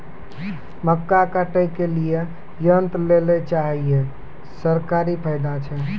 मक्का काटने के लिए यंत्र लेल चाहिए सरकारी फायदा छ?